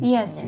Yes